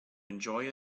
enjoy